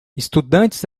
estudantes